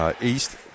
East